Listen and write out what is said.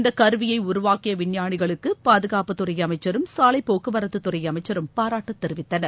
இந்த கருவியை உருவாக்கிய விஞ்ஞாளிகளுக்கு பாதுகாப்புத்துறை அமைச்சரும் சாலை போக்குவரத்துறை அமைச்சரும் பாராட்டு தெரிவித்தனர்